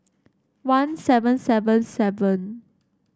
one seven seven seven